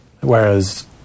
Whereas